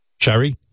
Sherry